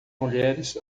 mulheres